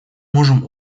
можем